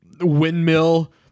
windmill